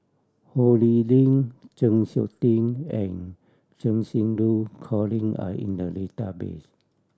Ho Lee Ling Chng Seok Tin and Cheng Xinru Colin are in the database